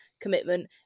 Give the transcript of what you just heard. commitment